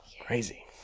Crazy